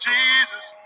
Jesus